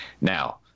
Now